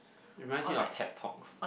you remind me of Tetox